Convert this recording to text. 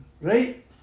Right